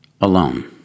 alone